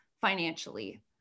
financially